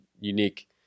unique